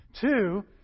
Two